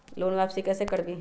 Loan वापसी कैसे करबी?